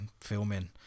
filming